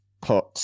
put